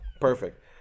Perfect